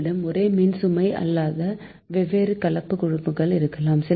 உங்களிடம் ஒரே மின்சுமை அல்லாத வெவ்வேறு கலப்பு குழுக்கள் இருக்கலாம்